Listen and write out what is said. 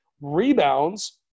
rebounds